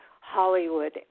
Hollywood